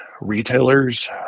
retailers